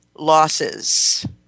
losses